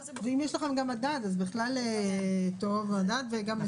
כזה שכל אחד ידע בפני מה הוא עומד ואיך הוא